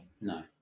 No